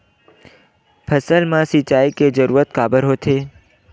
फसल मा सिंचाई के जरूरत काबर होथे?